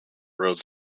roads